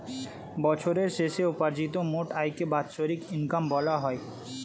বছরের শেষে উপার্জিত মোট আয়কে বাৎসরিক ইনকাম বলা হয়